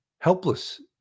helpless